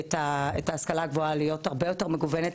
את ההשכלה הגבוהה להיות הרבה יותר מגוונת,